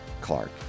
Clark